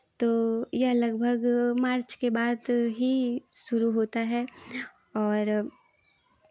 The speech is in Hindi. तो यह लगभग मार्च के बाद ही शुरू होता है और